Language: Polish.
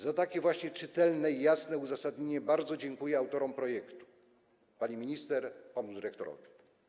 Za takie właśnie czytelne i jasne uzasadnienie bardzo dziękuję autorom projektu - pani minister, panu dyrektorowi.